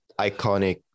iconic